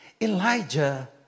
Elijah